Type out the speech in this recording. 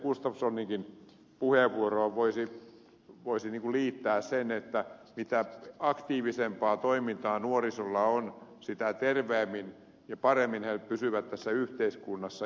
gustafssoninkin puheenvuoroon voisi liittää sen että mitä aktiivisempaa toimintaa nuorisolla on sitä terveemmin ja paremmin he pysyvät tässä yhteiskunnassa